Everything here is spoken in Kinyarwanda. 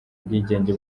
ubwigenge